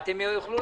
וזה היה רע,